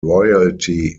royalty